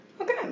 Okay